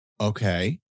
okay